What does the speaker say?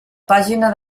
pàgina